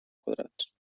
quadrats